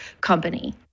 company